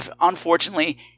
unfortunately